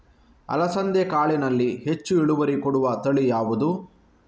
ಅಲಸಂದೆ ಕಾಳಿನಲ್ಲಿ ಹೆಚ್ಚು ಇಳುವರಿ ಕೊಡುವ ತಳಿ ಯಾವುದು?